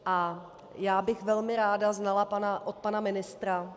A já bych velmi ráda znala od pana ministra